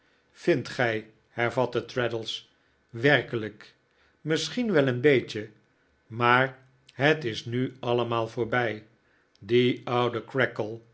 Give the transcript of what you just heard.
vindt gij hervatte traddles werkelijk misschien wel een beetje maar het is nu allemaal voorbij die oude